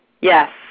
Yes